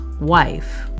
wife